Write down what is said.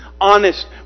honest